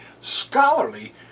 scholarly